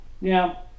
Now